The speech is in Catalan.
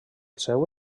seu